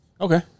okay